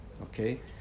Okay